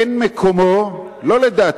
אין מקומו, לא לדעתי,